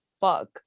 fuck